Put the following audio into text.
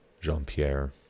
Jean-Pierre